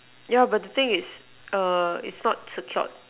yeah but the thing is err it's not secured